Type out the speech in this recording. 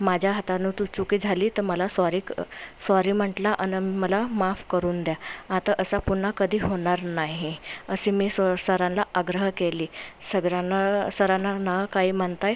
माझ्या हातानं तू चूक झाली तर मला सॉरी क् सॉरी म्हटला अन् मला माफ करून द्या आता असा पुन्हा कधी होणार नाही अशी मी स सरांला आग्रह केली सगरांना सरांना ना काही म्हणता